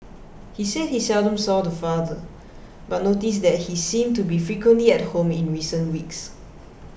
he said he seldom saw the father but noticed that he seemed to be frequently at home in recent weeks